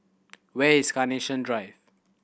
where is Carnation Drive